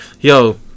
Yo